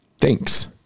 Thanks